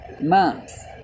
months